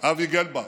אבי גלברד: